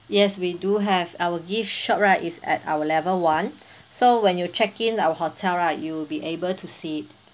yes we do have our gift shop right is at our level one so when you check in our hotel right you'll be able to see it